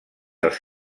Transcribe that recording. als